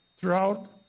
throughout